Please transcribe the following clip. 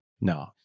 No